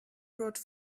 wrote